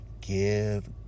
Give